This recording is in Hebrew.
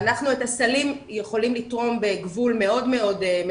ואנחנו את הסלים יכולים לתרום בגבול מסוים,